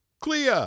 Clea